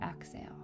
exhale